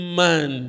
man